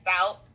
out